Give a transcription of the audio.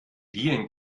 dielen